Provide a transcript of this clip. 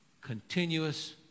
continuous